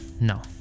no